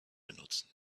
benutzen